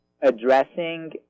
addressing